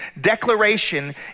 Declaration